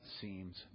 seems